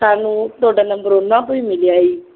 ਸਾਨੂੰ ਤੁਹਾਡਾ ਨੰਬਰ ਉਹਨਾਂ ਤੋਂ ਹੀ ਮਿਲਿਆ ਹੈ ਜੀ